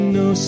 no